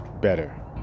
better